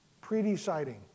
pre-deciding